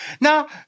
Now